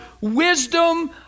wisdom